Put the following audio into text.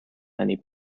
many